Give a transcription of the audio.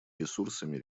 ресурсами